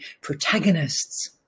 protagonists